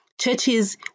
churches